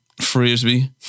Frisbee